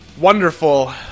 wonderful